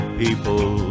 people